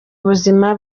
buzima